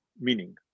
meaning